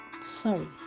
sorry